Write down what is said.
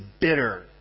bitter